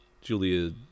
Julia